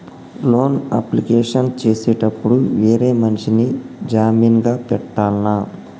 Loan application చేసేటప్పుడు వేరే మనిషిని జామీన్ గా పెట్టాల్నా?